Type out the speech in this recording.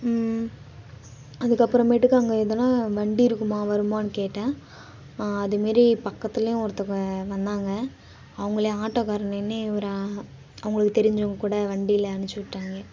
அதுக்கபபுறமேட்டுக்கு அங்கே எதுனா வண்டி இருக்குமா வருமான்னு கேட்டேன் அதே மாரி பக்கத்துலேயே ஒருத்தவங்க வந்தாங்க அவங்களை ஆட்டோக்காரர் நின்று இவர அவங்களுக்கு தெரிஞ்சவங்க கூட வண்டியில் அனுப்பி விட்டாங்க